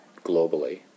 globally